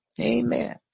Amen